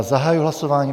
Zahajuji hlasování.